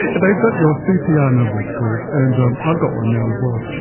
they've got your cpr number, it's called, and ah i've got one now as well.